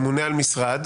ממונה על משרד,